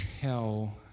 tell